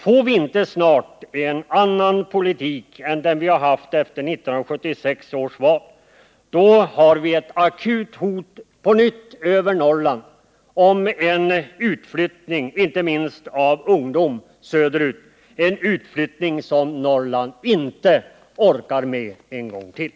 Får vi inte snabbt en annan politik än den som har förts efter 1976 års val, har vi på nytt ett akut hot över Norrland om en utflyttning söderut, inte minst av ungdom. Det är en utflyttning som Norrland inte orkar med en gång till